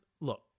look